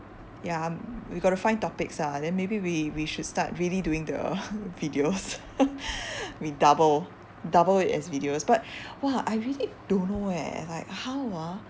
ya we got to find topics ah then maybe we we should start really doing the videos we double double it as videos but !wah! I really don't know eh like how ah